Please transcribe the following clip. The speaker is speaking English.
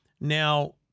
now